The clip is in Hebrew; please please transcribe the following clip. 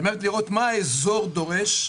מה האזור דורש,